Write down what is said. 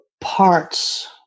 parts